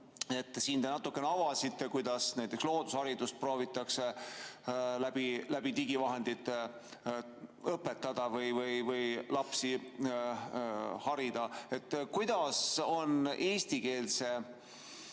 Siin te natukene avasite, kuidas näiteks loodusharidust proovitakse digivahendite abil õpetada ja lapsi harida. Kuidas on eestikeelse